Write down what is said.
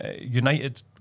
United